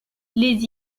les